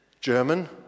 German